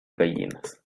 gallinas